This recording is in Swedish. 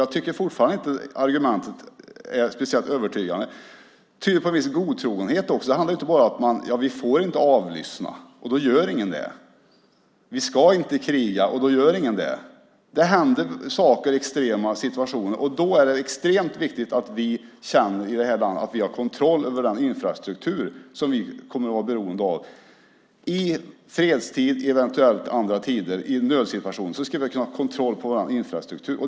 Jag tycker fortfarande inte att argumentet är speciellt övertygande. Det tyder på viss godtrogenhet. Det handlar inte bara om detta: Vi får inte avlyssna, och då gör ingen det - vi ska inte kriga, och då gör ingen det. Det händer saker i extrema situationer, och då är det extremt viktigt att vi i det här landet känner att vi har kontroll över den infrastruktur som vi kommer att vara beroende av i fredstid och eventuellt i andra tider. I en nödsituation ska vi kunna ha kontroll på vår infrastruktur.